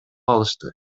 алышты